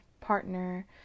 partner